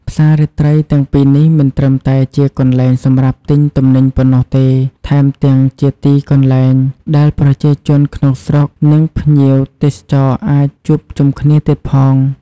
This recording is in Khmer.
ផ្សាររាត្រីទាំងពីរនេះមិនត្រឹមតែជាកន្លែងសម្រាប់ទិញទំនិញប៉ុណ្ណោះទេ ថែមទាំងជាទីកន្លែងដែលប្រជាជនក្នុងស្រុក និងភ្ញៀវទេសចរអាចជួបជុំគ្នាទៀតផង។